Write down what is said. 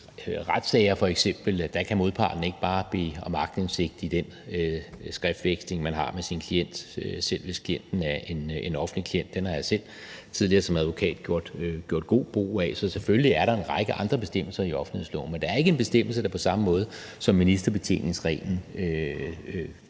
i retssager kan modparten ikke bare bede om aktindsigt i den skriftveksling, man har med sin klient, selv hvis klienten er en offentlig klient. Det har jeg selv tidligere som advokat gjort god brug af. Så selvfølgelig er der en række andre bestemmelser i offentlighedsloven, men der er ikke en bestemmelse, der er på samme måde som ministerbetjeningsreglen